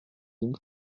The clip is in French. donc